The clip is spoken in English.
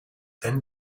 then